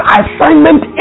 assignment